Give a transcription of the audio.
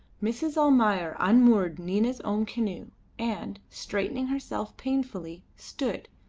mrs. almayer unmoored nina's own canoe and, straightening herself painfully, stood,